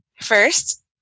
First